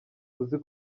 uzi